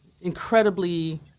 incredibly